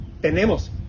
Tenemos